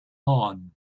horn